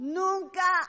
nunca